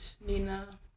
Nina